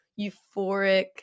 euphoric